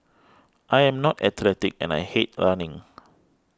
I am not athletic and I hate running